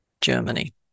Germany